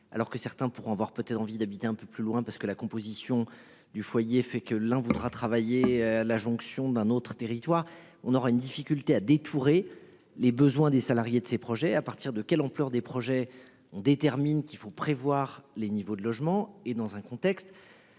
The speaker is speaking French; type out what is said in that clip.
Alors que certains pour avoir peut-être envie d'habiter un peu plus loin parce que la composition du foyer, fait que l'voudra travailler la jonction d'un autre territoire, on aura une difficulté à détour et les besoins des salariés de ces projets à partir de quelle ampleur. Des projets on détermine qu'il faut prévoir les niveaux de logement et dans un contexte.